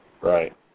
Right